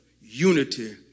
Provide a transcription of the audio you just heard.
unity